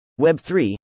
web3